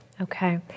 Okay